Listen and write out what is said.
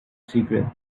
secret